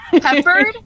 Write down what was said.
Peppered